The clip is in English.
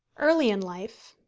early in life,